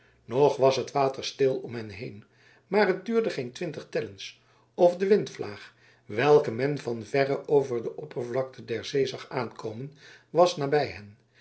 nog was het water stil om hen heen maar het duurde geen twintig tellens of de windvlaag welke men van verre over de oppervlakte der zee zag aankomen was nabij hen